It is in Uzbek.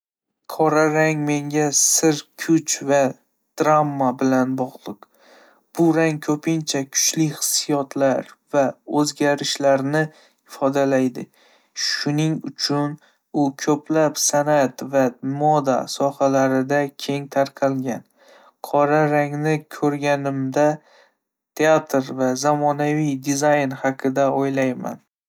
Qora rang menga sir, kuch va drama bilan bog'liq. Bu rang ko'pincha kuchli hissiyotlar va o'zgarishlarni ifodalaydi, shuning uchun u ko'plab san'at va moda sohalarida keng tarqalgan. Qora rangni ko'rganimda, teatr va zamonaviy dizayn haqida o'ylay.